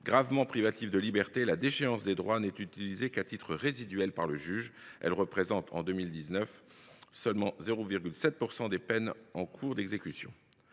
Gravement privative de liberté, la déchéance des droits n’est utilisée qu’à titre résiduel par le juge. Elle représentait en 2019 seulement 0,7 % des peines en cours d’exécution.